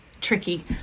tricky